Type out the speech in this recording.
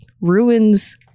ruins